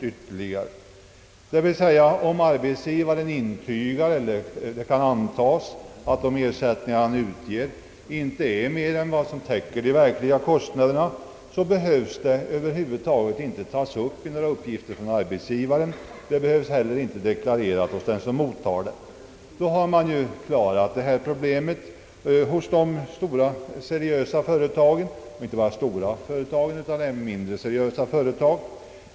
Förutsättningen är att arbetsgivaren intygar eller att det kan antas att de utgivna trakamentsersättningarna inte är större än att de täcker de verkliga kostnaderna, och då behöver arbetsgivaren inte lämna uppgift härom, och den som mottar ersättningen behöver inte deklarera för den. På detta sätt har problemet lösts när det gäller stora och även mindre, seriösa företag.